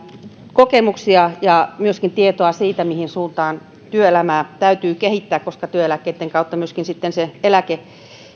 kokemuksia ja myöskin tietoa siitä mihin suuntaan työelämää täytyy kehittää koska työeläkkeitten kautta myöskin sitten se eläke